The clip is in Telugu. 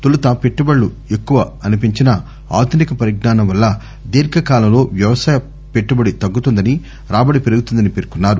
తొలుత పెట్యబడులు ఎక్కువ అనిపించినా ఆధునిక పరిజ్ఞానం వల్ల దీర్ఘకాలంలో వ్యవసాయ పె ట్లుబడి తగ్గుతుందని రాబడి పెరుగుతుందని పేర్కొన్నారు